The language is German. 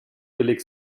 billig